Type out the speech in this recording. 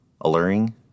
Alluring